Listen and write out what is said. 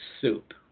soup